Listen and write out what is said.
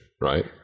right